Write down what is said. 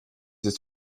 ist